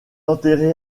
enterré